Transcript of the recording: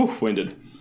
winded